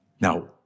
Now